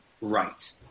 right